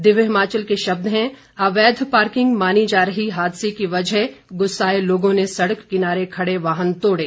दिव्य हिमाचल के शब्द हैं अवैध पार्किंग मानी जा रही हादसे की वजह गुस्साए लोगों ने सड़क किनारे खड़े वाहन तोड़े